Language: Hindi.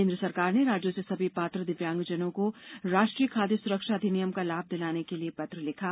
केन्द्र सरकार ने राज्यों से सभी पात्र दिव्यांगजनों को राष्ट्रीय खाद्य सुरक्षा अधिनियम का लाभ दिलाने के लिए पत्र लिखा